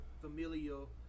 Familial